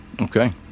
Okay